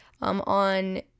on